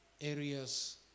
areas